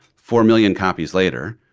four million copies later.